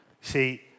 See